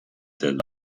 del